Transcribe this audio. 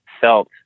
felt